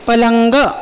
पलंग